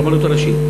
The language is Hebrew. של הרבנות הראשית,